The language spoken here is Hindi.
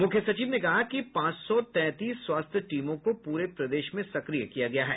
मख्य सचिव ने कहा कि पांच सौ तैंतीस स्वास्थ्य टीमों को पूरे प्रदेश में सक्रिय किया गया है